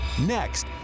Next